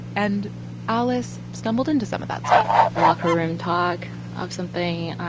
and alice stumbled into some of that stuff locker room talk of something